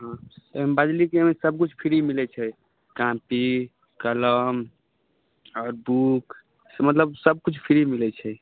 एहिमे बाजलियै कि एहिमे सभकिछु फ्री मिलै छै कॉपी कलम आओर बुक से मतलब सभकिछु फ्री मिलै छै